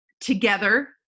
together